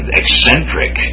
eccentric